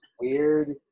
Weird